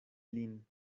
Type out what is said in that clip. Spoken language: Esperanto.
lin